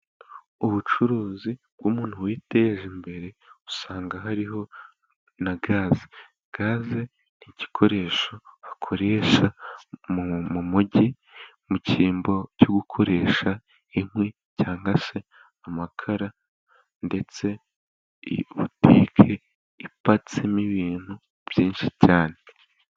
Ubucuruzi bw'umuntu witeje imbere usanga hariho na gaze. Gaze n' igikoresho bakoresha mu mujyi mu cyimbo cyo gukoresha inkwi cyangwa se amakara ndetse butike ipatsemo ibintu byinshi cyane.